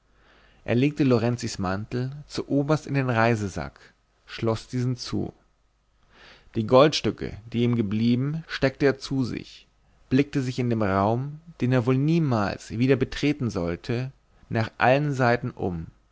er legte lorenzis mantel zu oberst in den reisesack schloß diesen zu die goldstücke die ihm geblieben steckte er zu sich blickte sich in dem raum den er wohl niemals wieder betreten sollte nach allen seiten um